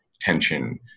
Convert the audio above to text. tension